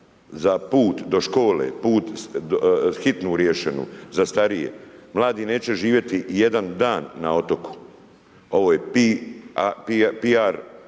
Za put do škole, put, hitnu riješenu za starije, mladi neće živjeti jedan dan na otoku, ovo je P.R.